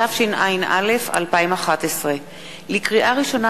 התשע”א 2011. לקריאה ראשונה,